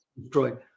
destroyed